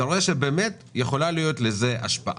אתה רואה שבאמת יכולה להיות לזה השפעה.